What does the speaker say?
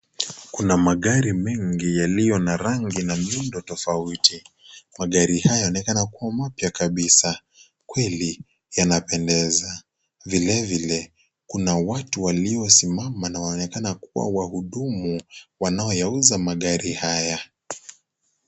Kuna magari mengi yaliyo na rangi na miundo tofauti. Magari haya yanaonekana kuwa mpya kabisa. Kweli, yanapendeza. Vilevile, kuna watu walio simama na wanaonekana kuwa wahudumu wanaoyauza magari haya.